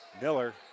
Miller